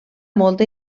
molta